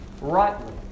rightly